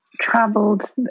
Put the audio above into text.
traveled